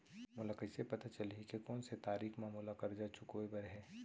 मोला कइसे पता चलही के कोन से तारीक म मोला करजा चुकोय बर हे?